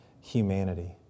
humanity